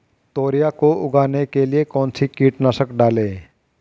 तोरियां को उगाने के लिये कौन सी कीटनाशक डालें?